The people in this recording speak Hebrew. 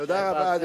תודה רבה.